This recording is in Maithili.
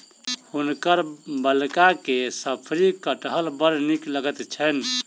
हुनकर बालिका के शफरी कटहर बड़ नीक लगैत छैन